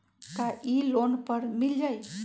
का इ लोन पर मिल जाइ?